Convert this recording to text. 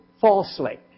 falsely